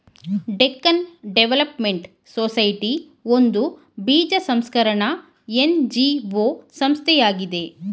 Deccan development society ಒಂದು ಬೀಜ ಸಂಸ್ಕರಣ ಎನ್.ಜಿ.ಒ ಸಂಸ್ಥೆಯಾಗಿದೆ